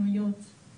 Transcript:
שלום לכולם.